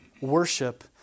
worship